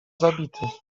zabity